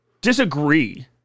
disagree